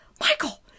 Michael